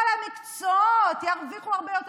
כל המקצוע ירוויחו הרבה יותר,